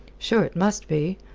sure it must be.